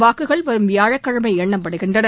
வாக்குகள் வரும் வியாழக்கிழமை எண்ணப்படுகின்றன